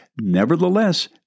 Nevertheless